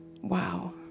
Wow